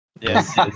Yes